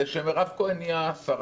זה שמירב כהן היא השרה.